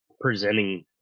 presenting